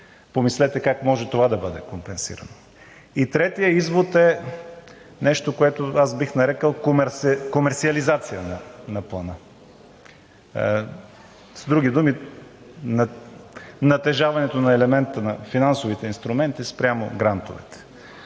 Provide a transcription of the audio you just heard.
Помислете как може това да бъде компенсирано. И третият извод е нещо, което аз бих нарекъл комерсиализация на Плана. С други думи натежаването на елемента на финансовите инструменти спрямо грантовете.